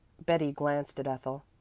betty glanced at ethel.